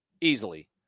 easily